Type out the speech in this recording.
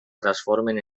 transformen